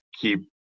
keep